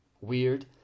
weird